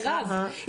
מירב.